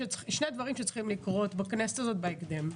שני דברים שצריכים לקרות בכנסת הזאת בהקדם.